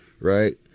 right